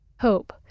Hope